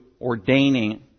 ordaining